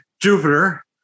Jupiter